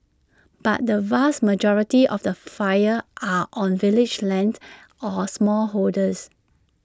but the vast majority of the fires are on village lands or smallholders